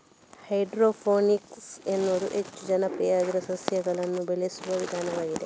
hydroponics ಎನ್ನುವುದು ಹೆಚ್ಚು ಜನಪ್ರಿಯವಾಗಿರುವ ಸಸ್ಯಗಳನ್ನು ಬೆಳೆಸುವ ವಿಧಾನವಾಗಿದೆ